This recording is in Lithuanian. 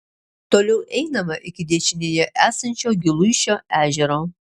toliau einama iki dešinėje esančio giluišio ežero